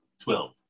twelve